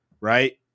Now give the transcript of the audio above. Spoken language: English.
right